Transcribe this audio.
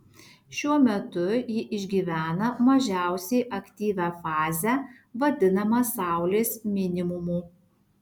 šiuo metu ji išgyvena mažiausiai aktyvią fazę vadinamą saulės minimumu